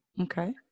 Okay